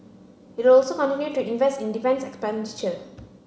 it will also continue to invest in defence expenditure